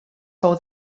fou